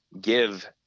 give